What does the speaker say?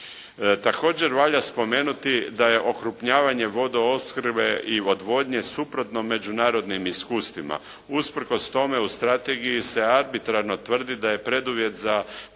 Također valja spomenuti da je okrupnjavanje vodoopskrbe i odvodnje suprotno međunarodnim iskustvima. Usprkos tome u strategiji se arbitrarno tvrdi da je preduvjet za provedbu